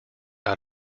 out